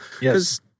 Yes